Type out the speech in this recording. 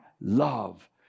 love